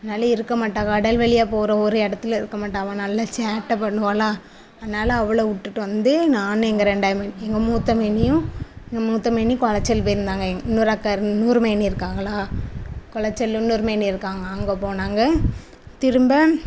அதனால இருக்க மாட்டாள் கடல் வழியா போகிறோம் ஒரு இடத்துல இருக்க மாட்டாள் அவள் நல்லா சேட்டை பண்ணுவாள் அதனால் அவளை விட்டுட்டு வந்து நான் எங்கள் ரெண்டாவது மதினி எங்கள் மூத்த மதினியும் எங்கள் மூத்த மதினி குளச்சல் போயிருந்தாங்க இன்னொரு அக்கா இன்னொரு மதினி இருக்காங்களா குளச்சல் இன்னொரு மதினி இருக்காங்க அங்கே போனாங்க திரும்ப